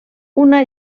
una